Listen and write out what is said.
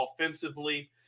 offensively